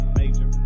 major